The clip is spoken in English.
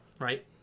Right